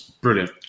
brilliant